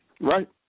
right